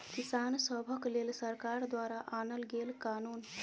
किसान सभक लेल सरकार द्वारा आनल गेल कानुन